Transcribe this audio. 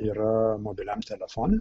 yra mobiliam telefonui